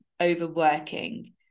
overworking